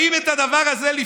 באים לפתור את הדבר הזה.